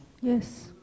Yes